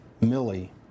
Millie